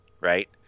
Right